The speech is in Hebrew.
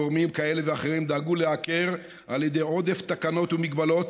גורמים כאלה ואחרים דאגו לעקר על ידי עודף תקנות ומגבלות,